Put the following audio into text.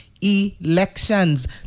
Elections